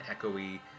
echoey